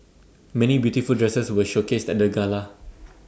many beautiful dresses were showcased at the gala